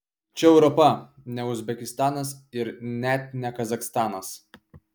čia europa ne uzbekistanas ir net ne kazachstanas